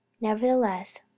Nevertheless